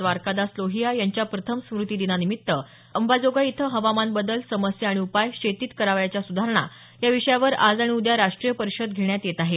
द्वारकादास लोहिया यांच्या प्रथम स्मृती दिनानिमित्त अंबाजोगाई इथं हवामान बदल समस्या आणि उपाय शेतीत करावयाच्या सुधारणा या विषयावर आज आणि उद्या राष्ट्रीय परिषद घेण्यात येत आहे